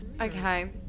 Okay